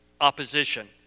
opposition